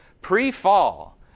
pre-fall